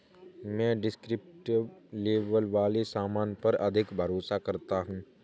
मैं descriptive label वाले सामान पर अधिक भरोसा करता हूं